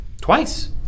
Twice